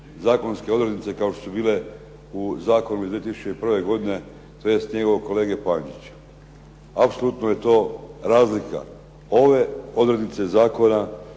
zakonske odrednice kao što su bile u zakonu iz 2001. godine tj. njegovog kolege Pančića. Apsolutno je to razlika. Ove odrednice zakona